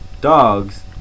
dogs